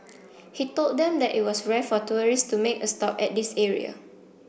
he told them that it was rare for tourists to make a stop at this area